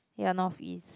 ya North East